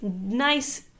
nice